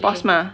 pause mah